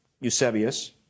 Eusebius